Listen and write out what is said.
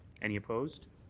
any opposed?